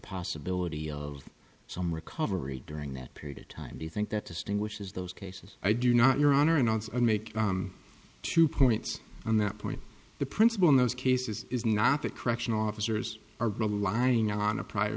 possibility of some recovery during that period of time do you think that distinguishes those cases i do not your honor announce i make two points on that point the principle in those cases is not that correctional officers are lying on a prior